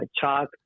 Chalk